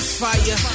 fire